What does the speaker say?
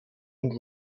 und